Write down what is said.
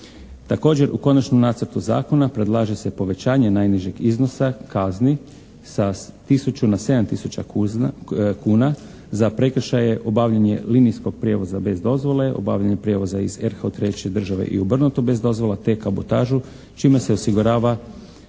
Također, u Konačnom nacrtu zakona predlaže se povećanje najnižeg iznosa kazni sa tisuću na 7 tisuća kuna za prekršaje obavljanja linijskog prijevoza bez dozvole, obavljanja prijevoza iz RH-a u treće države i obrnuto bez dozvola, te kabotažu čime se osigurava